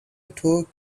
took